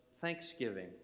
thanksgiving